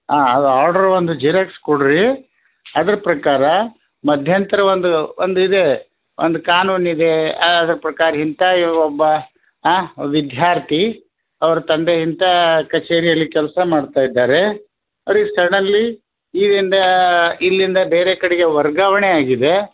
ಹಾಂ ಅದು ಆರ್ಡ್ರು ಒಂದು ಜಿರೆಕ್ಸ್ ಕೊಡ್ರಿ ಅದ್ರ ಪ್ರಕಾರ ಮಧ್ಯಂತರ ಒಂದು ಒಂದು ಇದೆ ಒಂದು ಕಾನೂನು ಇದೇ ಅದ್ರ ಪ್ರಕಾರ ಇಂತ ಈ ಒಬ್ಬ ಹಾಂ ವಿದ್ಯಾರ್ಥಿ ಅವ್ರ ತಂದೆ ಇಂತ ಕಚೇರಿಯಲ್ಲಿ ಕೆಲಸ ಮಾಡ್ತಾ ಇದ್ದಾರೆ ಅವ್ರಿಗೆ ಸಡನ್ಲಿ ಈಗಿಂದ ಇಲ್ಲಿಂದ ಬೇರೆ ಕಡೆಗೆ ವರ್ಗಾವಣೆ ಆಗಿದೆ